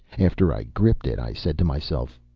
after i gripped it i said to myself,